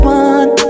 one